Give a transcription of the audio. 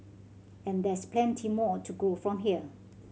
and there's plenty more to grow from here